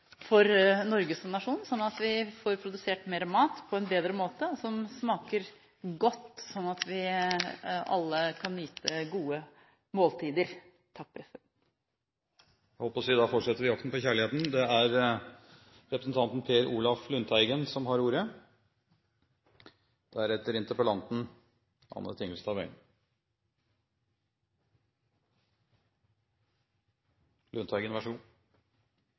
Norge som nasjon, slik at vi får produsert mer mat på en bedre måte, som smaker godt, slik at vi alle kan nyte gode måltider. Da fortsetter vi jakten på kjærligheten. Det er representanten Per Olaf Lundteigen som har ordet.